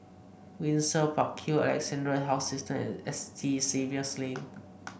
Windsor Park Hill Alexandra Health System and S T Xavier's Lane